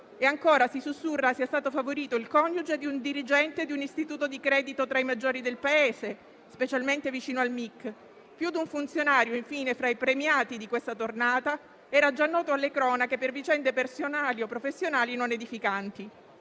Ancora si sussurra sia stato favorito il coniuge di un dirigente di un istituto di credito tra i maggiori del Paese, specialmente vicino al Mic; più di un funzionario, infine, fra i premiati di questa tornata era già noto alle cronache per vicende personali o professionali non edificanti.